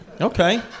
Okay